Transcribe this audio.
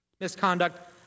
Misconduct